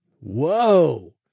Whoa